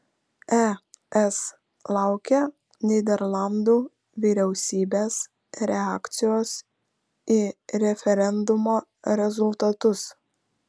es laukia nyderlandų vyriausybės reakcijos į referendumo rezultatus